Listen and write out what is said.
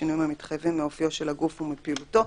בשינויים המתחייבים מאופיו של הגוף ומפעילותו.